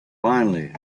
finally